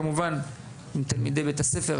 כמובן עם תלמידי בית הספר,